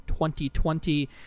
2020